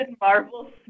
Marvel